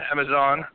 Amazon